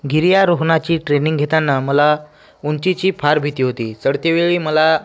गिर्यारोहणाची training घेताना मला उंचीची फार भीती होती चढतेवेळी मला